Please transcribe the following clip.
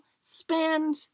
spend